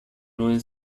nuen